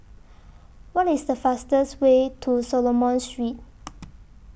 What IS The fastest Way to Solomon Street